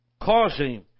causing